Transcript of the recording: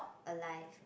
alive